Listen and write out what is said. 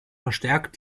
verstärkt